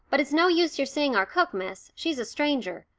but it's no use your seeing our cook, miss. she's a stranger.